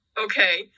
okay